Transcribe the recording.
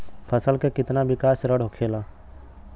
फसल के कितना विकास चरण होखेला?